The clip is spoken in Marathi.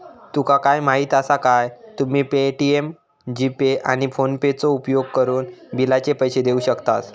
तुका माहीती आसा काय, तुम्ही पे.टी.एम, जी.पे, आणि फोनेपेचो उपयोगकरून बिलाचे पैसे देऊ शकतास